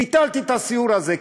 ביטלתי את הסיור הזה,